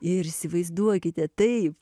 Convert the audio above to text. ir įsivaizduokite taip